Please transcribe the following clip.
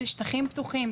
שטחים פתוחים,